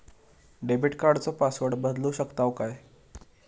Debit कार्डचो password बदलु शकतव काय?